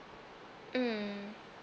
mm